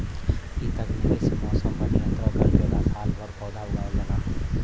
इ तकनीक से मौसम पर नियंत्रण करके सालभर पौधा उगावल जाला